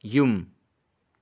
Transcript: ꯌꯨꯝ